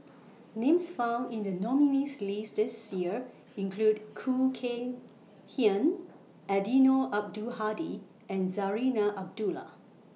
Names found in The nominees' list This Year include Khoo Kay Hian Eddino Abdul Hadi and Zarinah Abdullah